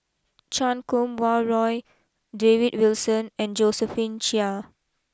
Chan Kum Wah Roy David Wilson and Josephine Chia